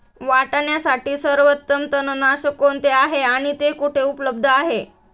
वाटाण्यासाठी सर्वोत्तम तणनाशक कोणते आहे आणि ते कुठे उपलब्ध आहे?